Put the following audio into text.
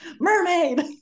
Mermaid